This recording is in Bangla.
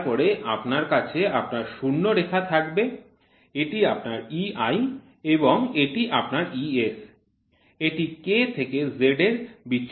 তারপরে আপনার কাছে আপনার শূন্যরেখা থাকবে এটি আপনার EI এবং এটি আপনার ES এটি K থেকে Z এর বিচ্যুতির জন্য